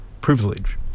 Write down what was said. privilege